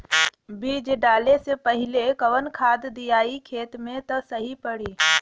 बीज डाले से पहिले कवन खाद्य दियायी खेत में त सही पड़ी?